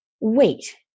wait